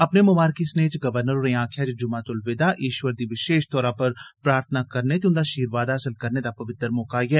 अपने ममारकी सनेए च गवर्नर होरें आक्खेआ जे जुमा तुल विदा ईश्वर दी विशेष तौरा पर प्रार्थना करने ते उंदा शीरवाद हासल करने दा पवित्र मौका ऐ